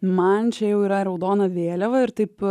man čia jau yra raudona vėliava ir taip